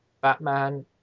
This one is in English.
Batman